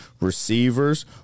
receivers